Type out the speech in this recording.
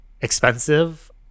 expensive